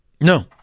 No